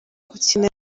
gukina